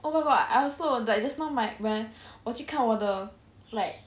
oh my god I also like just now when I 我去看我的 like